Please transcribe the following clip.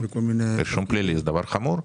אישום פלילי זה דבר חמור.